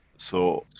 so,